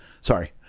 sorry